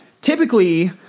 typically